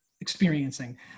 experiencing